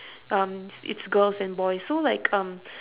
um it's girls and boys so like um